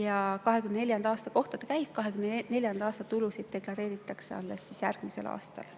käib 2024. aasta kohta ja 2024. aasta tulusid deklareeritakse alles järgmisel aastal.